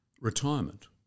retirement